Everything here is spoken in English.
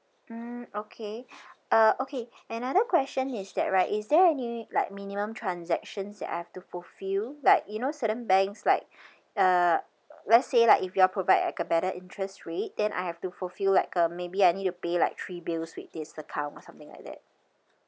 mm okay uh okay another question is that right is there any like minimum transactions that I have to fulfil like you know certain banks like uh let's say lah if you all provide like a better interest rate then I have to fulfil like uh maybe I need to pay like three bills with this account or something like that